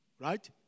Right